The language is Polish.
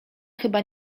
chyba